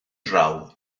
draw